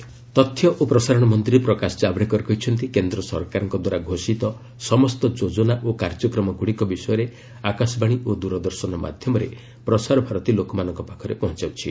Javadekar schemes ତଥ୍ୟ ଓ ପ୍ରସାରଣ ମନ୍ତ୍ରୀ ପ୍ରକାଶ କାଭଡେକର କହିଛନ୍ତି କେନ୍ଦ୍ର ସରକାରଙ୍କ ଦ୍ୱାରା ଘୋଷିତ ସମସ୍ତ ଯୋଜନା ଓ କାର୍ଯ୍ୟକ୍ରମଗୁଡ଼ିକ ବିଷୟରେ ଆକାଶବାଣୀ ଓ ଦୂରଦର୍ଶନ ମାଧ୍ୟମରେ ପ୍ରସାରଭାରତୀ ଲୋକମାନଙ୍କ ପାଖରେ ପହଞ୍ଚାଉଛି